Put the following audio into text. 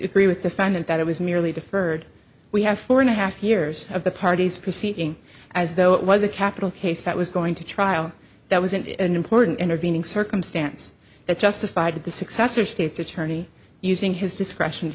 agree with defendant that it was merely deferred we have four and a half years of the parties proceeding as though it was a capital case that was going to trial that was an important intervening circumstance that justified the successor states attorney using his discretion